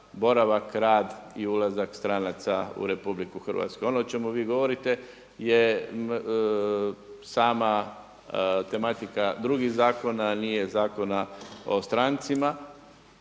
boravak, rad i ulazak stranaca u RH. Ono o čemu vi govorite je sama tematika drugih zakona a nije Zakona o strancima.